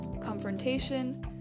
Confrontation